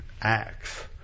Acts